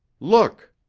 look!